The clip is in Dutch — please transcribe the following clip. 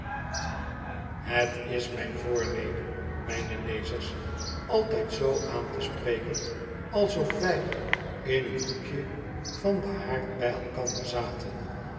het is myn voornemen mijne lezers altyd zoo aan te spreken alsof w j in een hoekje van den haard bij elkander zaten